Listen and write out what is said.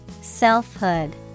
Selfhood